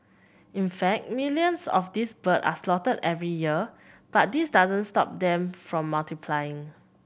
in fact millions of these birds are slaughtered every year but this doesn't stop them from multiplying